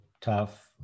tough